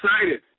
excited